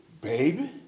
baby